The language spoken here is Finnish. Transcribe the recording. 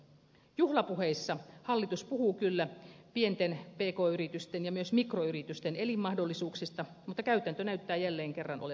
juhlapuheissa hallitus puhuu kyllä pienten pk yritysten ja myös mikroyritysten elinmahdollisuuksista mutta käytäntö näyttää jälleen kerran olevan toista